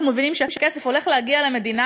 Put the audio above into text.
אנחנו מבינים שהכסף הולך להגיע למדינה,